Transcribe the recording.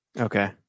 okay